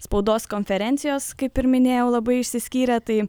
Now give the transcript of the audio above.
spaudos konferencijos kaip ir minėjau labai išsiskyrė tai